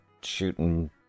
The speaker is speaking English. shooting